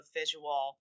visual